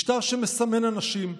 משטר שמסמן אנשים,